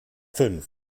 fünf